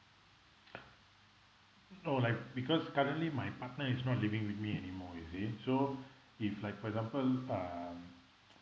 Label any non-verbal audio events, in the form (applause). (breath) no like because currently my partner is not living with me anymore you see so if like for example um